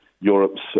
Europe's